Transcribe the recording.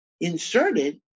inserted